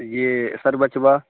یہ سر بچوا